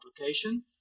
application